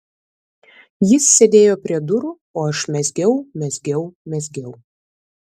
jis sėdėjo prie durų o aš mezgiau mezgiau mezgiau